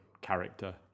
character